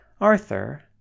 Arthur